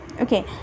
okay